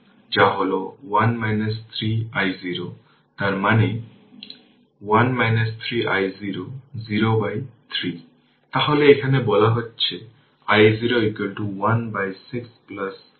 সুতরাং যদি এটি 32 অ্যাম্পিয়ার কারেন্ট হয় তাহলে এই 4 32 সরাসরি 08 অ্যাম্পিয়ার হবে